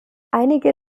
einige